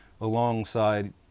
alongside